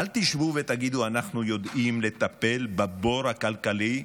אל תשבו ותגידו: אנחנו יודעים לטפל בבור הכלכלי,